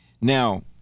Now